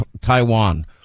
Taiwan